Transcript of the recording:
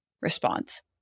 response